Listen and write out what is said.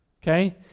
Okay